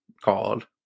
called